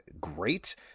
Great